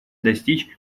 достичь